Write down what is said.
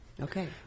okay